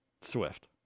Swift